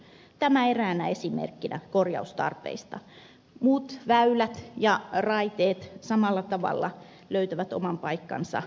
tämä eräänä esimerkkinä korjaustarpeista muut väylät ja raiteet samalla tavalla löytävät oman paikkansa investointikohteina